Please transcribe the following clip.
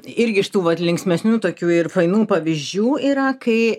irgi iš tų vat linksmesnių tokių ir fainų pavyzdžių yra kai